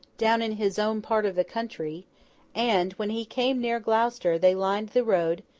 down in his own part of the country and, when he came near gloucester, they lined the road,